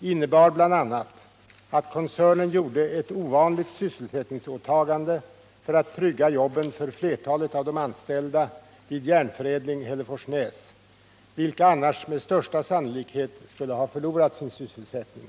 innebar bl, a. att koncernen gjorde ett ovanligt sysselsättningsåtagande för att trygga jobben för flertalet av de anställda vid AB Järnförädling Hälleforsnäs, vilka annars med största sannolikhet skulle ha förlorat sin sysselsättning.